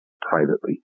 privately